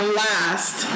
last